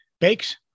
Bakes